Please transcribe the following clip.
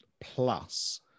plus